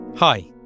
Hi